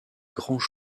grands